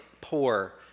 poor